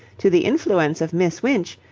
to the influence of miss winch,